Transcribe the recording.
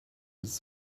his